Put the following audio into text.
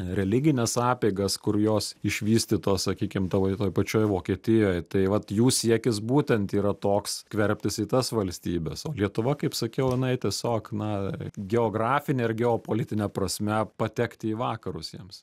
religines apeigas kur jos išvystytos sakykim tavo toj pačioj vokietijoj tai vat jų siekis būtent yra toks skverbtis į tas valstybes o lietuva kaip sakiau jinai tiesiog na geografine ir geopolitine prasme patekti į vakarus jiems